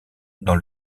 dans